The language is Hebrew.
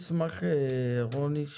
רון,